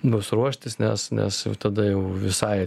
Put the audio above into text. bus ruoštis nes nes jau tada jau visai